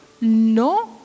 no